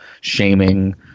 shaming